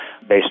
based